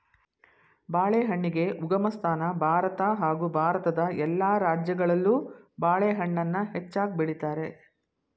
ಬಾಳೆಹಣ್ಣಿಗೆ ಉಗಮಸ್ಥಾನ ಭಾರತ ಹಾಗೂ ಭಾರತದ ಎಲ್ಲ ರಾಜ್ಯಗಳಲ್ಲೂ ಬಾಳೆಹಣ್ಣನ್ನ ಹೆಚ್ಚಾಗ್ ಬೆಳಿತಾರೆ